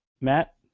Matt